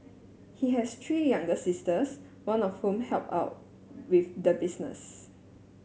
he has three younger sisters one of whom help out with the business